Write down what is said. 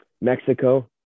Mexico